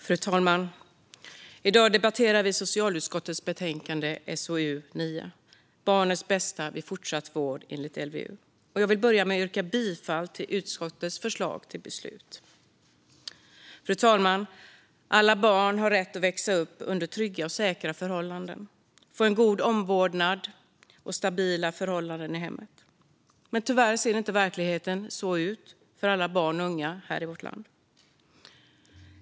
Fru talman! I dag debatterar vi socialutskottets betänkande SOU9 Barnets bästa vid fortsatt vård enligt LVU . Jag vill börja med att yrka bifall till utskottets förslag till beslut. Fru talman! Alla barn har rätt att växa upp under trygga och säkra förhållanden, få en god omvårdnad och ha stabila förhållanden i hemmet. Men tyvärr ser verkligheten inte ut så för alla barn och unga här i vårt land.